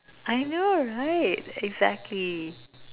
I know right exactly